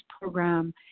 program